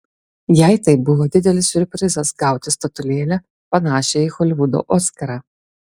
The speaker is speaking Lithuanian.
jai tai buvo didelis siurprizas gauti statulėlę panašią į holivudo oskarą